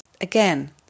again